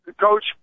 Coach